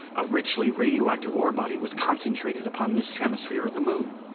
a richly radioactive ore body was concentrated upon this hemisphere of the moon!